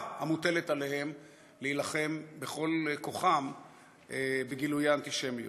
המוטלת עליהם להילחם בכל כוחם בגילויי אנטישמיות.